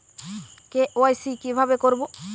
KYC কিভাবে করব?